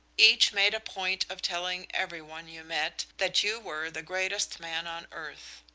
each made a point of telling every one you met that you were the greatest man on earth.